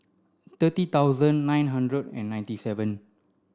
thirty thousand nine hundred and ninety seven